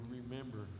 remember